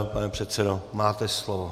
Pane předsedo, máte slovo.